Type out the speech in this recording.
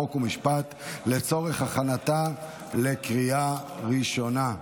חוק ומשפט לצורך הכנתה לקריאה ראשונה.